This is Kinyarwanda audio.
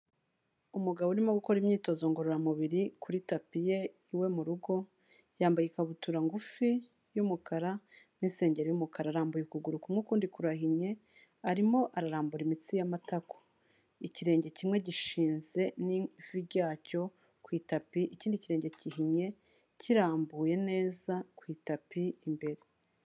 Umugabo urimo gukora imyitozo ngororamubiri kuri tapi ye iwe mu rugo, yambaye ikabutura ngufi y'umukara n'isengeri y'umukara, arambuye ukuguru kumwe ukundi kurahinnye arimo ararambarara imitsi y'amatako. Ikirenge kimwe gishinze n'ivi ryacyo ku itapi ikindi kirenge gihinnye kirambuye neza ku itapi imbere.